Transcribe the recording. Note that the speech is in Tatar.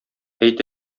әйт